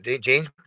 James